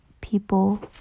people